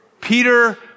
Peter